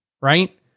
right